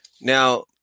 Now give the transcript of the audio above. Now